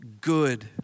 good